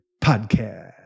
Podcast